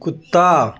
कुत्ता